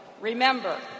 Remember